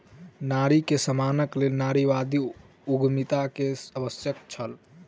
नारी के सम्मानक लेल नारीवादी उद्यमिता के आवश्यकता छल